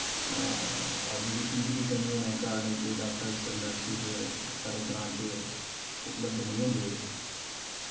education दी बी कमी होने कारण कोई डॉक्टर्स नर्सिस साढ़े ग्रांऽ च उपलब्ध नेईं होंदे हे